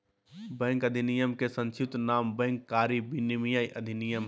bank अधिनयम के संक्षिप्त नाम बैंक कारी विनयमन अधिनयम हइ